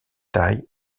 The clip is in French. taille